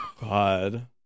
God